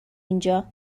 اینجا